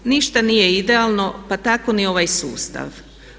Ništa nije idealno pa tako ni ovaj sustav.